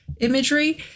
imagery